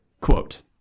quote